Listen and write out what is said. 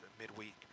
midweek